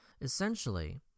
Essentially